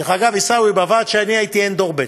דרך אגב, עיסאווי, בוועד שאני הייתי אין דור ב'.